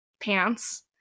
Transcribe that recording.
pants